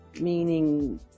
Meaning